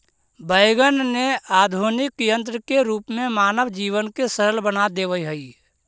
wagon ने आधुनिक यन्त्र के रूप में मानव जीवन के सरल बना देवऽ हई